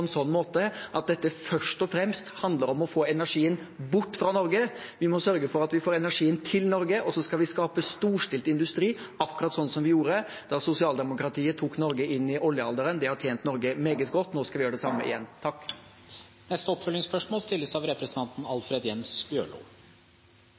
en sånn måte at dette først og fremst handler om å få energien bort fra Norge. Vi må sørge for at vi får energien til Norge, og så skal vi skape storstilt industri, akkurat sånn vi gjorde da sosialdemokratiet tok Norge inn i oljealderen. Det har tjent Norge meget godt, og nå skal vi gjøre det samme igjen. Alfred Jens Bjørlo – til oppfølgingsspørsmål. Hadde vi kunna leve i dette landet av